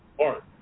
art